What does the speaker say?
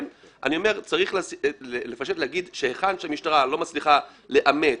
אני אומר שצריך לפשט ולומר שהיכן שהמשטרה לא מצליחה לאמת,